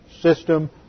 system